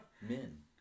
Men